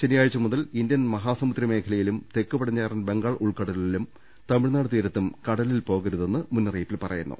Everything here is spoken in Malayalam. ശനിയാഴ്ച മുതൽ ഇന്ത്യൻ മഹാസമുദ്ര മേഖലയിലും തെക്കുപടിഞ്ഞാറൻ ബംഗാൾ ഉൾക്ക ടലിലും തമിഴ്നാട് തീരുത്തും കടലിൽ പോകരുതെന്ന് മുന്നറിയിപ്പിൽ പറയുന്നു